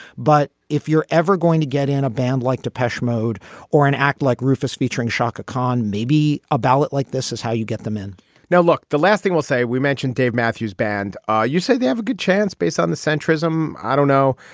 but if you're ever going to get in a band like depeche mode or an act like rufus featuring chaka khan, maybe a ballot like this is how you get them in now, look, the last thing we'll say, we mentioned dave matthews band. ah you said they have a good chance based on the centrism. i don't know.